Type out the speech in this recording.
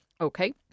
Okay